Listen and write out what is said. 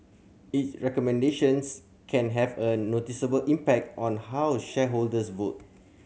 its recommendations can have a noticeable impact on how shareholders vote